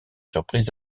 surprises